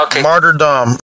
Martyrdom